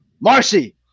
Marcy